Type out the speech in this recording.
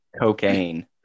cocaine